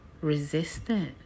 resistant